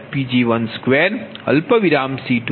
1Pg22 C330040Pg30